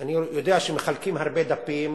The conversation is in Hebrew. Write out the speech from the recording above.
אני יודע שמחלקים הרבה דפים